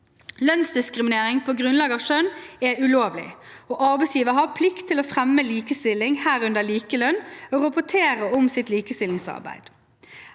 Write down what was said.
Lønnsdiskriminering på grunnlag av kjønn er ulovlig, og arbeidsgiveren har plikt til å fremme likestilling, herunder likelønn, og rapportere om sitt likestillingsarbeid.